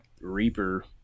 Reaper